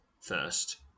First